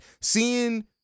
seeing